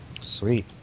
Sweet